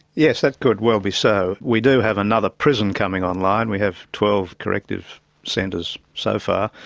yes that could well be so. we do have another prison coming online. we have twelve corrective centres so far.